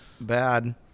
bad